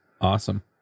Awesome